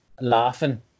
laughing